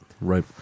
right